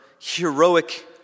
heroic